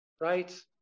right